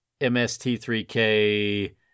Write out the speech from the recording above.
MST3K